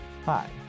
Hi